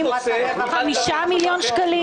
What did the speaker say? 5 מיליוני שקלים?